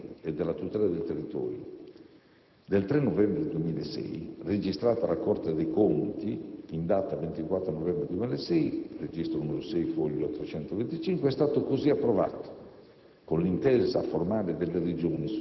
Con decreto del Ministro dell'ambiente e della tutela del territorio e del mare del 3 novembre 2006, registrato alla Corte dei conti in data 24 novembre 2006 (registro n. 6, foglio n. 325), è stato così approvato,